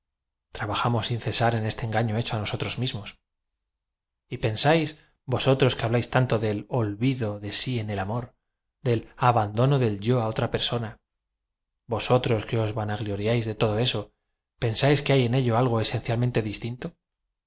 trabajamos sin cesar en este engaño hecho á nosotros mismos y pensáis vosotros que habláis tanto del o lvid o de sí en el am or d el abandono del yo á o tra persona vosotros que os vanagloriáis de todo eso pensáis que hay en ello algo esencialmente